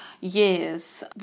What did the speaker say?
years